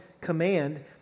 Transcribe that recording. command